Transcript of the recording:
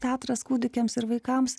teatras kūdikiams ir vaikams